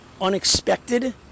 unexpected